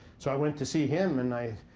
so i went to see him and i